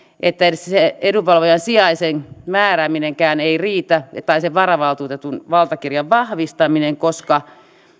että edes se se edunvalvojan sijaisen määrääminenkään ei riitä tai sen varavaltuutetun valtakirjan vahvistaminen koska